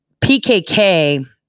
PKK